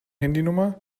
handynummer